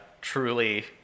truly